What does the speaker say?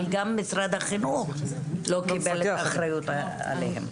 אבל גם משרד החינוך לא קיבל אחריות עליהם.